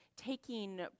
taking